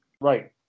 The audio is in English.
Right